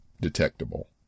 detectable